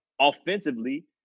offensively